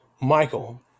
Michael